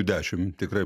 dešimt tikrai